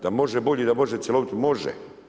Da može bolje, da može cjelovito – može.